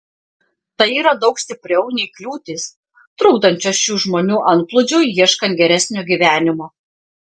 tai yra daug stipriau nei kliūtys trukdančios šių žmonių antplūdžiui ieškant geresnio gyvenimo